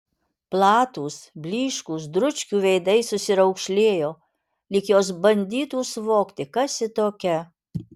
platūs blyškūs dručkių veidai susiraukšlėjo lyg jos bandytų suvokti kas ji tokia